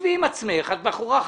שבי עם עצמך, את בחורה חכמה,